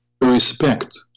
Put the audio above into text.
respect